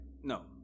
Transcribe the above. No